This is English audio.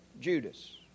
Judas